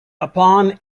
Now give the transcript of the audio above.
upon